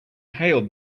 hailed